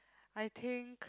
I think